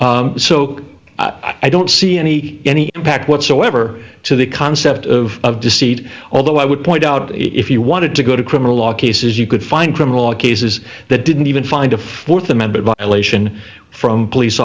image so i don't see any any impact whatsoever to the concept of deceit although i would point out if you wanted to go to criminal law cases you could find criminal cases that didn't even find a fourth a member of elation from police